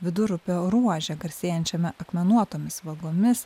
vidurupio ruože garsėjančiame akmenuotomis vagomis